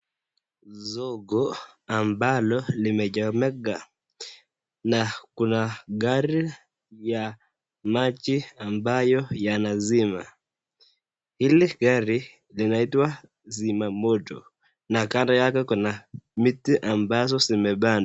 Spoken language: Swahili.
Zogo ambalo limechomeka na kuna gari ya maji ambayo yana zima. Hili gari linaitwa zima moto, na kando yake kuna miti ambazo zimebana.